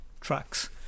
tracks